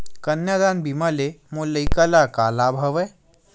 कन्यादान बीमा ले मोर लइका ल का लाभ हवय?